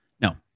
No